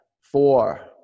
four